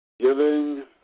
Giving